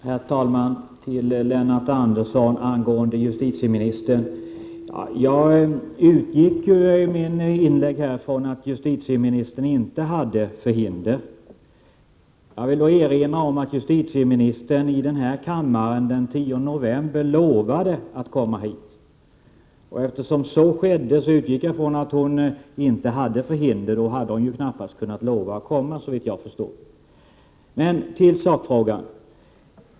Herr talman! Till Lennart Andersson angående justitieministern. I mitt inlägg utgick jag ju ifrån att justitieministern inte hade förhinder. Jag vill erinra om att justitieministern i den här kammaren den 10 november lovade att komma hit, och därför utgick jag ifrån att hon inte hade förhinder. Såvitt jag förstår hade hon inte kunnat lova att komma, om hon hade haft det. Men till sakfrågan.